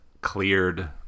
cleared